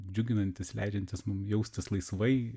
džiuginantys leidžiantis mum jaustis laisvai